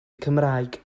cymraeg